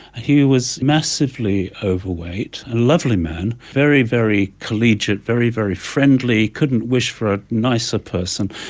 he was massively overweight, a lovely man, very, very collegiate, very, very friendly, couldn't wish for a nicer person,